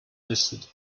listed